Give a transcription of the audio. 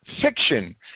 fiction